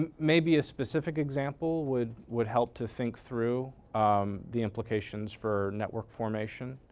and maybe a specific example would would help to think through the implications for network formation.